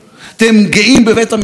אתם גאים בשלטון החוק,